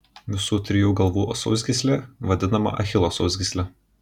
visų trijų galvų sausgyslė vadinama achilo sausgysle